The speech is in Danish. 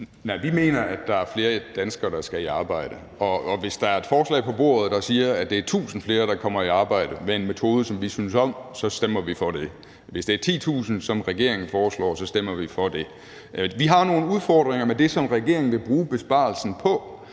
Nej, vi mener, at der er flere danskere, der skal i arbejde, og hvis der er et forslag på bordet, der siger, at det er 1.000 flere, der kommer i arbejde, ved en metode, som vi synes om, så stemmer vi for det. Hvis det er 10.000, som regeringen foreslår, så stemmer vi for det. Vi har nogle udfordringer med det, som regeringen vil bruge besparelsen på.